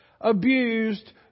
abused